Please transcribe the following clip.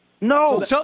No